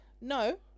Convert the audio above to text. No